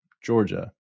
Georgia